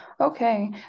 okay